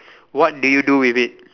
what do you do with it